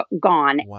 gone